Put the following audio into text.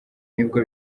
n’ibigo